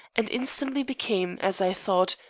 and instantly became, as i thought,